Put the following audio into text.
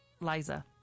Liza